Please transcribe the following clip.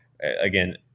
again